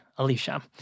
Alicia